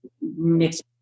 mixed